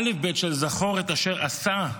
האלף-בית של "זכור את אשר עשה"